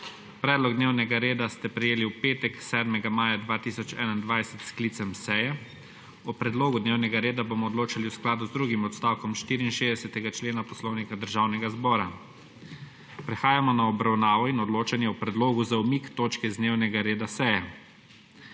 Predlog dnevnega reda ste prejeli v petek, 7. maja 2021 s sklicem seje. O predlogu dnevnega reda bomo odločali v skladu z drugim odstavkom 64. člena Poslovnika Državnega zbora. Prehajamo na obravnavo in odločanje o predlogu za umik točke z dnevnega reda seje.